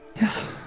Yes